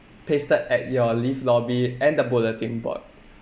pasted at your lift lobby and the bulletin board